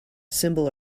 symbol